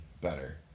better